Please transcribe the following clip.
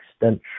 extension